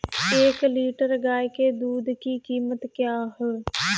एक लीटर गाय के दूध की कीमत क्या है?